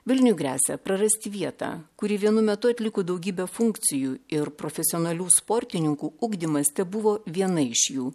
vilniui gresia prarasti vietą kuri vienu metu atliko daugybę funkcijų ir profesionalių sportininkų ugdymas tebuvo viena iš jų